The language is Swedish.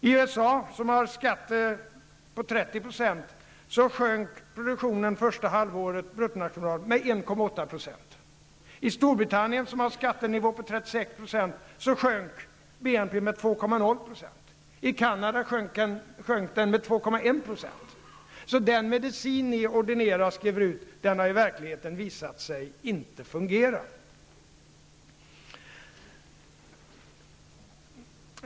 I USA, där skattenivån ligger på 30 %, sjönk produktionen, bruttonationalprodukten, under första halvåret med 1,8 %. I Storbritannien, där skattenivån är Den medicin som ni ordinerar och skriver ut har i verkligheten visat sig inte fungera.